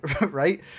Right